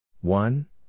one